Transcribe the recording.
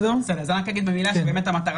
אני רק אגיד במילה שהמטרה,